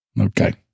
Okay